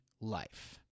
life